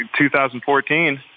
2014